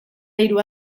hiru